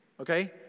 Okay